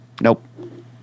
Nope